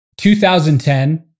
2010